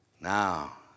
Now